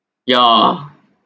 ya